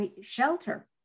shelter